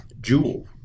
jewel